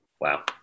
Wow